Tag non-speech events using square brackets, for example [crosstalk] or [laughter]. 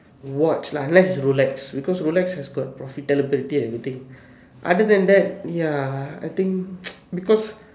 watch lah unless is Rolex because Rolex has got profitability and everything other than that ya I think [noise] because